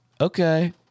okay